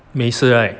没事 right